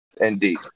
Indeed